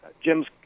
Jim's